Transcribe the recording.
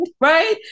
right